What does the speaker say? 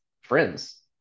friends